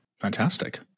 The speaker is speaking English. Fantastic